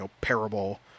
parable